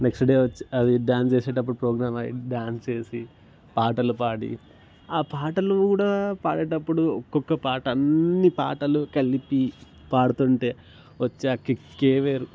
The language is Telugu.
నెక్స్ట్ డే వచ్చి అది డ్యాన్స్ వేసేటప్పుడు ప్రోగ్రాం అయ్యి డ్యాన్స్ చేసి పాటలు పాడి ఆ పాటలు కూడా పాడేటప్పుడు ఒక్కొక్క పాట అన్నీ పాటలు కలిపి పాడుతుంటే వచ్చే ఆ కిక్కె వేరు